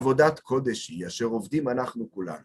עבודת קודש היא, אשר עובדים אנחנו כולנו.